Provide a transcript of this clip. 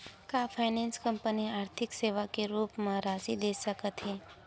का finance company आर्थिक सेवा के रूप म राशि दे सकत हे?